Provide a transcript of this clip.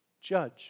judge